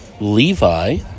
Levi